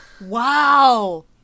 Wow